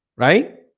right?